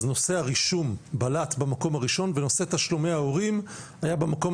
נושא הרישום בלט במקום הראשון ונושא תשלומי ההורים היה במקום